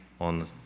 on